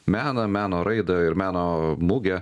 meną meno raidą ir meno mugę